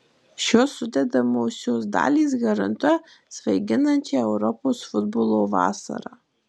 šios sudedamosios dalys garantuoja svaiginančią europos futbolo vasarą